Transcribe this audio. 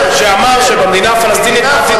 שאמר שבמדינה הפלסטינית העתידית,